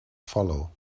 follow